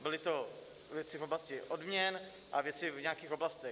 Byly to věci v oblasti odměn a věci v nějakých oblastech.